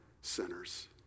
sinners